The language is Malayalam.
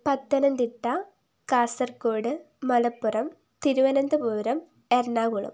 പത്തനംതിട്ട കാസർഗോഡ് മലപ്പുറം തിരുവനന്തപുരം എറണാകുളം